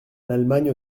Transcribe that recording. l’allemagne